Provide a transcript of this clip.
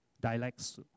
Dialects